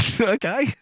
Okay